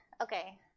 okay